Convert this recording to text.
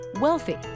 Wealthy